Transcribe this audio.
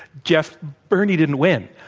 jeff, bernie didn't win,